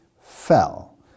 fell